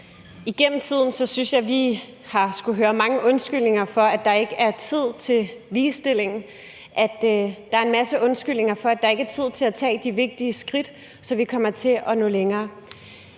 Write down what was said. skullet høre på mange undskyldninger for, at der ikke er tid til ligestilling, og der er en masse undskyldninger for, at der ikke er tid til at tage de vigtige skridt, så vi kommer til at nå længere.